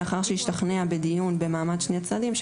לאחר שהשתכנע בדיון במעמד שני הצדדים,